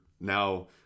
now